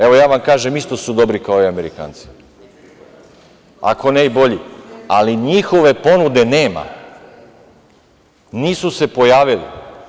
Evo, ja vam kažem, isto su dobri kao i Amerikanci, ako ne i bolji, ali njihove ponude nema, nisu se pojavili.